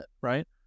right